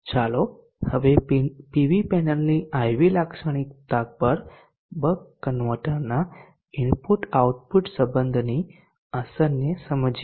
ચાલો હવે પીવી પેનલની IV લાક્ષણિકતા પર બક કન્વર્ટરના ઇનપુટ આઉટપુટ સંબધની અસરને સમજીએ